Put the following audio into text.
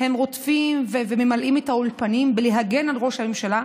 הם רודפים וממלאים את האולפנים בלהגן על ראש הממשלה,